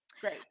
Great